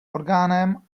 orgánem